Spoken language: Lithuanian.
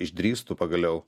išdrįstų pagaliau